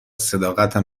صداقتم